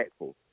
impactful